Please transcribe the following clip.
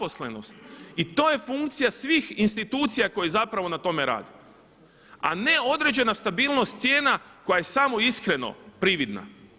I to je funkcija svih institucija koje na tome rade, a ne određena stabilnost cijena koja je samo iskreno prividna.